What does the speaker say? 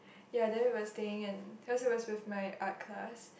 ya then we are staying in cause he was with my art class